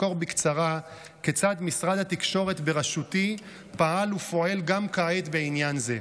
אסקור בקצרה כיצד משרד התקשורת בראשותי פעל ופועל גם כעת בעניין זה.